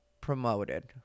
promoted